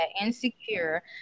insecure